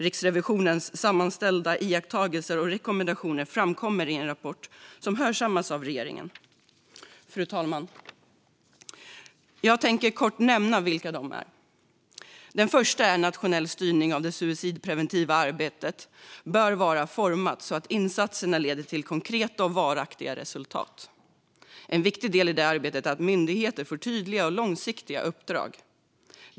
Riksrevisionens sammanställda iakttagelser och rekommendationer framkommer i en rapport som hörsammats av regeringen. Fru talman! Jag tänker kort nämna dessa rekommendationer. Den första innebär att en nationell styrning av det suicidpreventiva arbetet bör vara utformat så att insatserna leder till konkreta och varaktiga resultat. En viktig del i det arbetet är att myndigheter får tydliga och långsiktiga uppdrag.